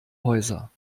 häuser